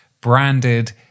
branded